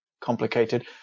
complicated